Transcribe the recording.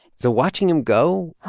so watching him go.